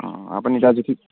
অঁ আপুনি তাত যিখিনি